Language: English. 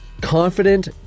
confident